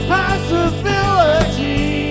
possibility